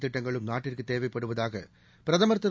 திட்டங்களும் நாட்டிற்கு தேவைப்படுவதாக பிரதமர் திரு